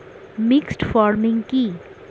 Mixed farming কি?